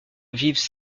vivent